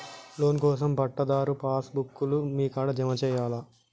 Loan కోసం పట్టాదారు pass book లు మీ కాడా జమ చేయల్నా?